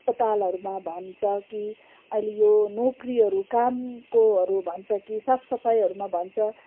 अस्पतालहरूमा भन्छ कि अहिले यो नोकरीहरू कामकोहरू भन्छ कि साफ सफाइहरूमा भन्छ